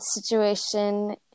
situation